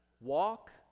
Walk